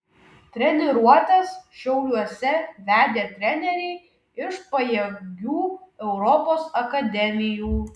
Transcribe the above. treniruotes šiauliuose vedė treneriai iš pajėgių europos akademijų